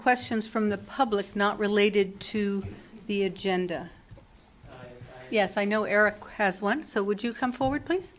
questions from the public not related to the agenda yes i know eric has one so would you come forward please